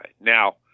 Now